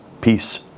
peace